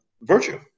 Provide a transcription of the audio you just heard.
virtue